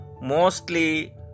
mostly